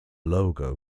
logo